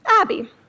Abby